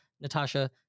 Natasha